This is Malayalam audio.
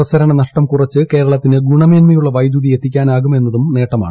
പ്രസരണനഷ്ടം കുറച്ച് കേരളത്തിന് ഗുണമേന്മയുള്ള വൈദ്യുതി എത്തിക്കാനാകും എന്നതും നേട്ടമാണ്